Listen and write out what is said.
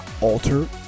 Alter